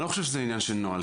אני לא חשוב שזה עניין של נוהל,